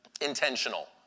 intentional